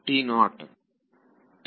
ವಿದ್ಯಾರ್ಥಿT 0